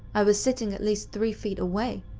i was sitting at least three feet away,